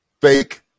Fake